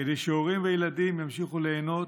כדי שהורים וילדים ימשיכו ליהנות,